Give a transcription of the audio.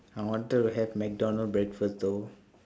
I wanted to have McDonald breakfast though